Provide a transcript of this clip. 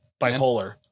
bipolar